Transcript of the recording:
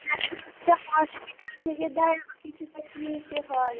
হ্যাঁ কিছুটা হসপিটাল থেকে দেয় আবার কিছুটা কিনতে হয়